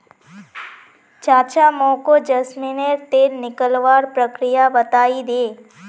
चाचा मोको जैस्मिनेर तेल निकलवार प्रक्रिया बतइ दे